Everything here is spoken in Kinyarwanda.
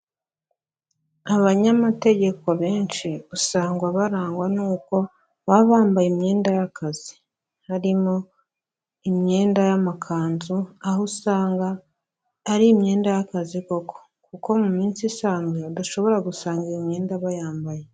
Abanyamategeko benshi, usangwa barangwa n'uko baba bambaye imyenda y'akazi. Harimo imyenda y'amakanzu, aho usanga, ari imyenda y'akazi koko, kuko mu minsi isanzwe udashobora gusanga iyo imyenda bayambaye.